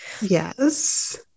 Yes